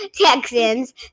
Texans